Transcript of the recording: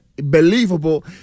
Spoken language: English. believable